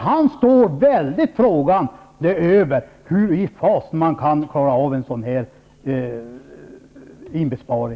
Han står väldigt frågande inför hur en sådan besparing skall göras.